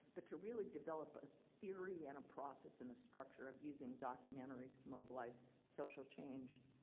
but to really develop a theory, and a process and a structure of using documentaries to mobilize social change.